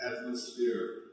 atmosphere